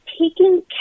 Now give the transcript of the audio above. taking